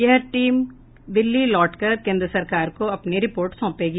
यह टीम दिल्ली लौट कर केन्द्र सरकार को अपनी रिपोर्ट सौंपेगी